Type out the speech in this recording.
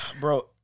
Bro